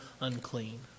unclean